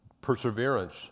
perseverance